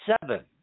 seven